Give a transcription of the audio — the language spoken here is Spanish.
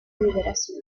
liberación